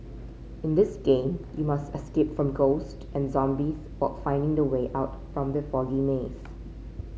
in this game you must escape from ghost and zombies while finding the way out from the foggy maze